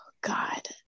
God